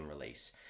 release